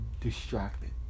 distracted